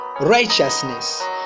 righteousness